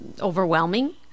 overwhelming